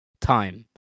time